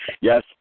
Yes